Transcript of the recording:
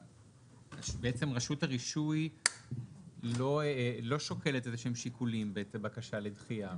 רשות הרישוי לא שוקלת איזשהם שיקולים בעת הבקשה לדחייה,